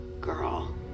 girl